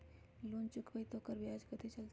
Loan चुकबई त ओकर ब्याज कथि चलतई?